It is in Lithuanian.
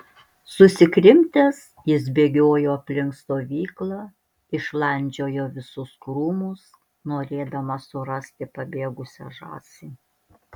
susikrimtęs jis bėgiojo aplink stovyklą išlandžiojo visus krūmus norėdamas surasti pabėgusią žąsį